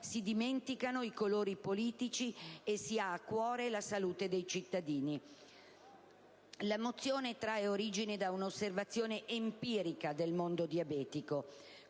si dimenticano i colori politici e si ha a cuore la salute dei cittadini. La mozione trae origine da un'osservazione empirica del mondo diabetico.